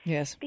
Yes